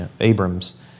Abram's